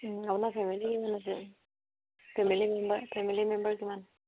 আপোনাৰ ফেমিলি কিমান আছে ফেমিলি মেম্বাৰ ফেমিলি মেম্বাৰ কিমান